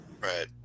Right